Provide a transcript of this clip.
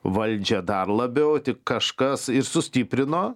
valdžią dar labiau tik kažkas ir sustiprino